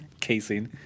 casing